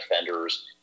offenders